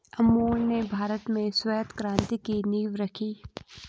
अमूल ने भारत में श्वेत क्रान्ति की नींव रखी